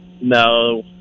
no